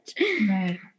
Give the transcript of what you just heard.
Right